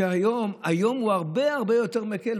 שהיום הוא הרבה הרבה יותר מקל,